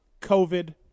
COVID